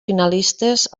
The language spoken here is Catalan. finalistes